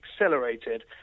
accelerated